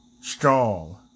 strong